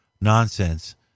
nonsense